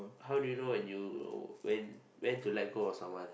how do you know when you when when to let go of someone